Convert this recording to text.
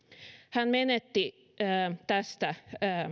hän menetti tästä